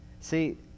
See